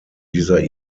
dieser